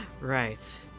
Right